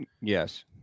yes